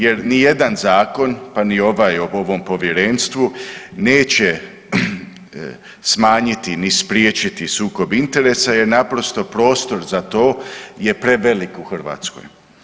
Jer ni jedan zakon, pa ni ovaj o ovom povjerenstvu neće smanjiti ni spriječiti sukob interesa jer naprosto prostor za to je prevelik u Hrvatskoj.